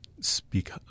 Speak